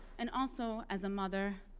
and also as a mother,